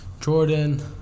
Jordan